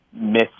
miss